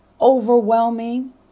Overwhelming